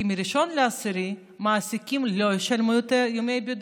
כי מ-1 באוקטובר המעסיקים לא ישלמו יותר ימי בידוד,